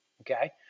okay